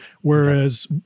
whereas